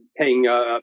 paying